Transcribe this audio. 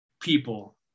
people